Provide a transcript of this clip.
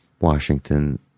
washington